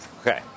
Okay